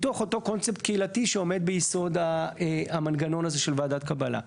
מתוך אותו קונספט קהילתי שעומד ביסוד המנגנון הזה של ועדת קבלה.